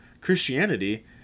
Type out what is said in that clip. Christianity